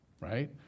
right